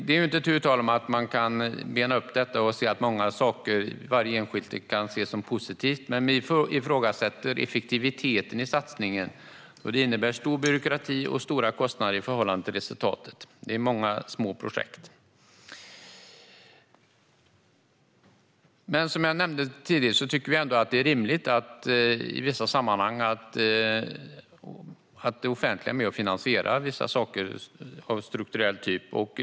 Det är inte tu tal om att man kan bena upp detta och se att många enskilda saker kan ses som något positivt, men vi ifrågasätter effektiviteten i satsningen då den innebär mycket byråkrati och stora kostnader i förhållande till resultatet. Det handlar om många små projekt. Som jag nämnde tidigare tycker vi ändå att det är rimligt att det offentliga i en del sammanhang är med och finansierar vissa saker av strukturell typ.